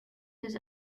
his